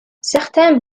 certains